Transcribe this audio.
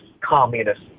communist